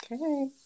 okay